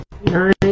nine